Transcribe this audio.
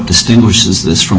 distinguishes this from